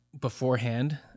beforehand